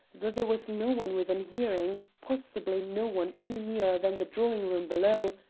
though there was no one within hearing, possibly no one any nearer than the drawing-room below,